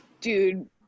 dude